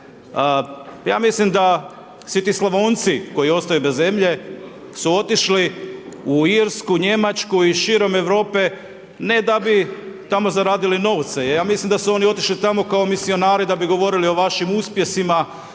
Ja mislim da svi ti Slavonci koji ostaju bez zemlje su otišli u Irsku, Njemačku i širom Europe ne da bi tamo zaradili novce, ja mislim da su oni otišli tamo kao misionari da bi govorili o vašim uspjesima